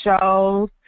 shows